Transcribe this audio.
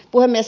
puhemies